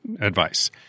advice